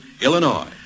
Illinois